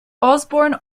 osbourne